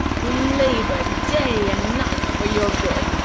who labored day and night for your good,